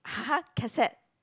cassette